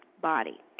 body